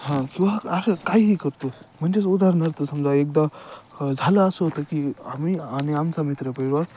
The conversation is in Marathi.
हां सुह असं काहीही करतो म्हणजेच उदाहरणार्थ समजा एकदा झालं असं होतं की आम्ही आणि आमचा मित्र परिवार